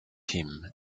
him